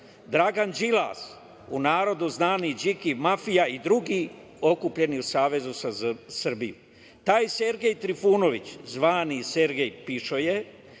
Dragan Đilas, u narodu znani Điki mafija, i drugi okupljeni u Savezu za Srbiju. Taj Sergej Trifunović, zvani Sergej pišoje,